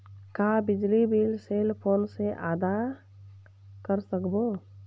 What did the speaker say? का बिजली bill cell phone से आदा कर सकबो?